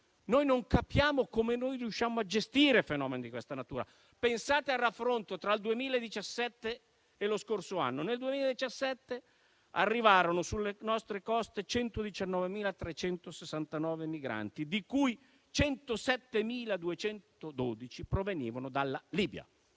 non comprendiamo come riuscire a gestire fenomeni di questa natura. Pensate al raffronto tra il 2017 e lo scorso anno: nel 2017 arrivarono sulle nostre coste 119.369 migranti, di cui 107.212 provenivano dalla Libia.